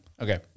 Okay